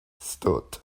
stood